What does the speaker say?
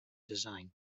design